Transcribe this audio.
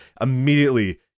immediately